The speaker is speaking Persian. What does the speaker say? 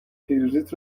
پیروزیت